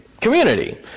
community